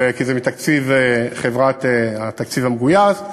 כי זה מתקציב חברה, מהתקציב המגויס.